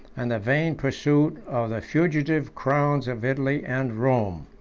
and the vain pursuit of the fugitive crowns of italy and rome.